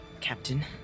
Captain